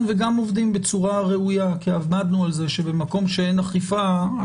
וגם עובדים בצורה ראויה כי עבדנו על כך שבמקום שאין אכיפה,